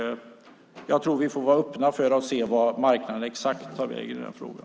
Jag tror att vi får vara öppna för att se vad marknaden exakt tar vägen i den frågan.